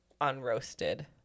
unroasted